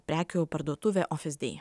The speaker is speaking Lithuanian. prekių parduotuvė ofis dei